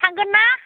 थांगोन ना